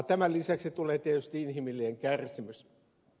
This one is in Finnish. tämän lisäksi tulee tietysti inhimillinen kärsimys